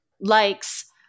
likes